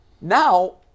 Now